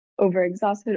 overexhausted